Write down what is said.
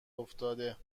افتاده